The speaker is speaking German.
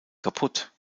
kaputt